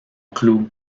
club